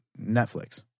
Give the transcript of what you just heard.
Netflix